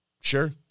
Sure